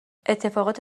اتفاقات